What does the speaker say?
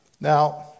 Now